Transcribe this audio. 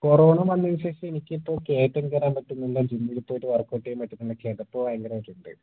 corona വന്നതിന് ശേഷം എനിക്ക് ഇപ്പം കയറ്റം കയറാൻ പറ്റുന്നില്ല ജിമ്മിൽ പോയിട്ട് വർകൗട്ട് ചെയ്യാൻ പറ്റുന്നില്ല കിതപ്പ് ഭയങ്കരമയിട്ട് ഉണ്ട്